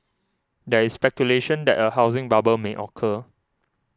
there is speculation that a housing bubble may occur